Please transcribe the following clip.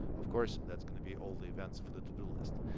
of course, that's going to be all the events for the to-do list.